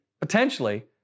potentially